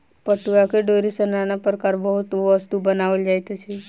पटुआक डोरी सॅ नाना प्रकारक वस्तु बनाओल जाइत अछि